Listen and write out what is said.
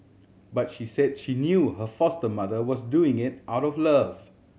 but she said she knew her foster mother was doing it out of love